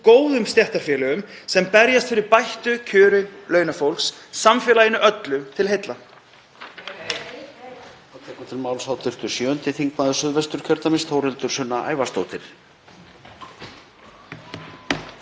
góðum stéttarfélögum sem berjast fyrir bættum kjörum launafólks samfélaginu öllu til heilla.